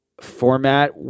format